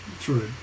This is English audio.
True